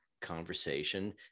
conversation